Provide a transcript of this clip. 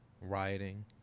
rioting